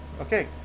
Okay